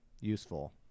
useful